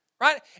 right